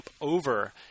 over